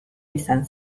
izan